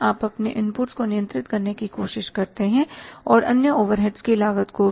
आप अपने इनपुट को नियंत्रित करने की कोशिश करते हैं और अन्य ओवरहेड्स की लागत को भी